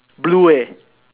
blue eh